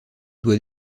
doit